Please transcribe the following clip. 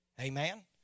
Amen